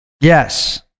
Yes